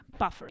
buffering